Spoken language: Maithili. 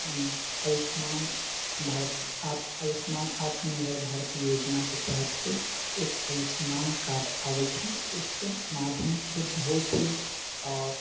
आयुष्मान भारत आयुष्मान आत्मनिर्भर भारत योजनाके तहत एक आयुष्मान कार्ड आबै छै ओहिके माध्यमसँ बहुत ही